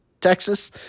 texas